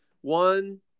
one